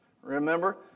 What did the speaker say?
Remember